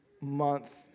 month